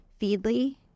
Feedly